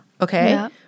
okay